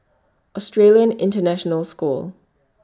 Australian International School